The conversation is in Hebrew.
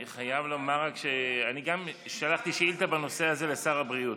אני חייב לומר רק שאני גם שלחתי שאילתה בנושא הזה לשר הבריאות,